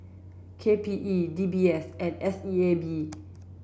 K P E D B S and S E A B